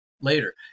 later